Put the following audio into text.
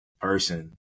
person